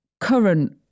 current